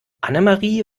annemarie